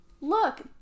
look